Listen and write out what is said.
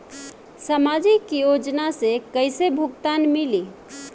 सामाजिक योजना से कइसे भुगतान मिली?